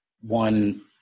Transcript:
one